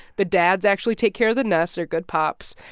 the dads actually take care of the nest. they're good pops.